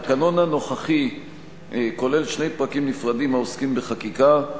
התקנון הנוכחי כולל שני פרקים נפרדים העוסקים בחקיקה,